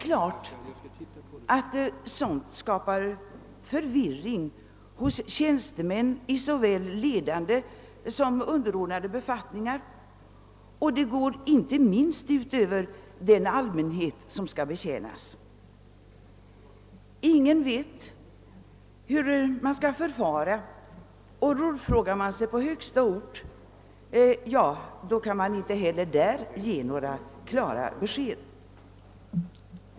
Detta skapar förvirring hos tjänstemän i såväl ledande som underordnade befattningar, och det går inte minst ut över den allmänhet som skall betjänas. Ingen vet hur man skall förfara, och rådfrågar man sig på högsta ort går det inte heller där att få några klara besked.